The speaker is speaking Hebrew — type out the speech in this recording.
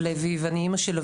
ביתי.